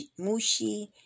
Mushi